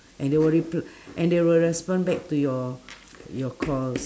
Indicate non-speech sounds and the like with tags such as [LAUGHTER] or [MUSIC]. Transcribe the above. and they will repl~ [BREATH] and they will respond back to your your calls